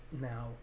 now